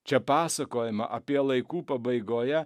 čia pasakojama apie laikų pabaigoje